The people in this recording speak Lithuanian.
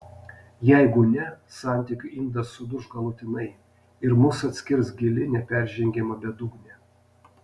jeigu ne santykių indas suduš galutinai ir mus atskirs gili neperžengiama bedugnė